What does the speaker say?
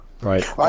right